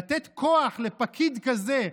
לתת כוח לפקיד כזה,